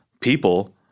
people—